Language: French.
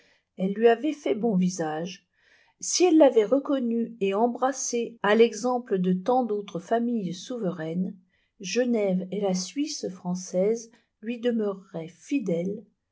elle lui avait fait bon visage si elle l'avait reconnue et embrassée à l'exemple de tant d'autres familles souveraines genève et la suisse française lui demeuraient fidèles